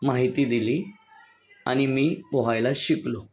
माहिती दिली आणि मी पोहायला शिकलो